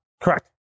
Correct